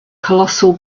colossal